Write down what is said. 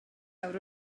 awr